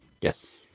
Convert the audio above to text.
Yes